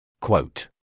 Quote